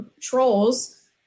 trolls